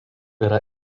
yra